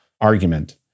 argument